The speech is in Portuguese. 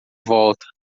volta